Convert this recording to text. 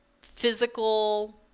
physical